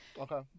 Okay